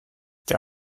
der